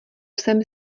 sem